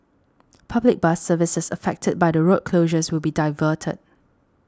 public bus services affected by the road closures will be diverted